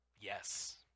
Yes